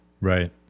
Right